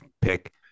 pick